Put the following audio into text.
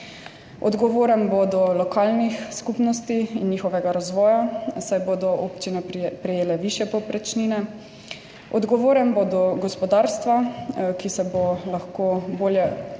Odgovoren bo do lokalnih skupnosti in njihovega razvoja, saj bodo občine prejele višje povprečnine. Odgovoren bo do gospodarstva, ki se bo lahko bolje upiralo